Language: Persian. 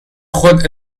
خود